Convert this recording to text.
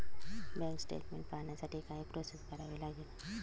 Bank statement पाहण्यासाठी काय process करावी लागेल?